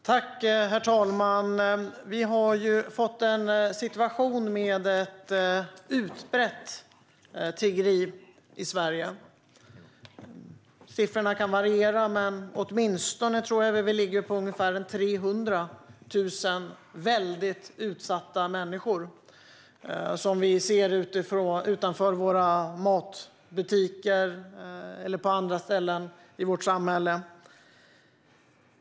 Herr talman! Vi har ju fått en situation med utbrett tiggeri i Sverige. Siffran kan variera, men jag tror att den ligger på ungefär 300 000 väldigt utsatta människor som vi ser utanför våra matbutiker eller på andra ställen i vårt samhälle.